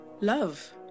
Love